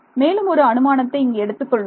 மேலும் ஒரு அனுமானத்தை இங்கு எடுத்துக் கொள்வோம்